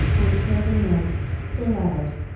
until the notes, the letters,